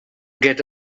get